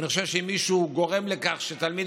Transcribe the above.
אני חושב שאם מישהו גורם לכך שתלמיד